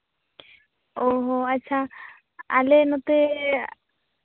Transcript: ᱚ ᱦᱳ ᱟᱪᱪᱷᱟ ᱟᱞᱮ ᱱᱚᱛᱮ